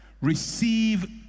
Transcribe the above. receive